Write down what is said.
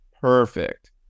Perfect